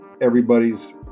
everybody's